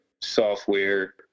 software